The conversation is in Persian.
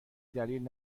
دلیل